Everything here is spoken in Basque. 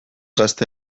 gazte